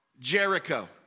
Jericho